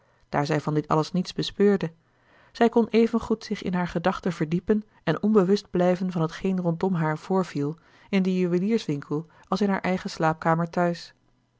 daar zij van dit alles niets bespeurde zij kon evengoed zich in haar gedachten verdiepen en onbewust blijven van t geen rondom haar voorviel in den juwelierswinkel als in haar eigen slaapkamer thuis